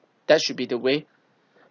that should be the way